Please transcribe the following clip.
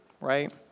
right